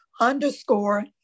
underscore